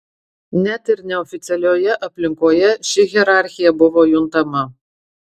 net ir neoficialioje aplinkoje ši hierarchija buvo juntama